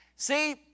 See